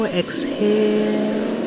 exhale